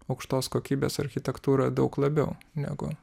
aukštos kokybės architektūrą daug labiau negu